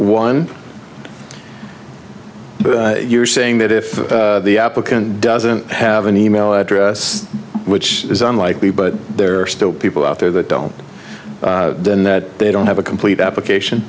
but you're saying that if the applicant doesn't have an email address which is unlikely but there are still people out there that don't then that they don't have a complete application